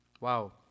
Wow